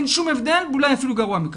אין שום הבדל, ואולי אפילו גרוע מכך.